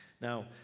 Now